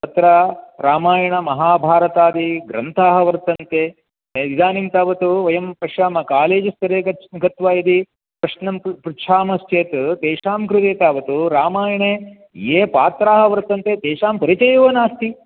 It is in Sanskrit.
तत्र रामायणमहाभारतादिग्रन्थाः वर्तन्ते इदानीं तावत् वयं पश्यामः कालेज् स्तरे गत्वा यदि प्रश्नं पृच्छामश्चेत् तेषां गृहे तावत् रामायणे यानि पात्राणि वर्तन्ते तेषां परिचयः एव नास्ति